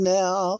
now